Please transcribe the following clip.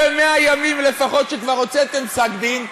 100 ימים לפחות אחרי שכבר הוצאתם פסק-דין,